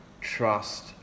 trust